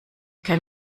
kann